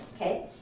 okay